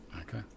Okay